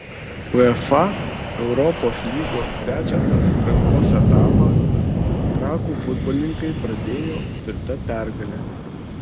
uefa europos lygos trečią atrankos etapą trakų futbolininkai pradėjo tvirta pergale